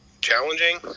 challenging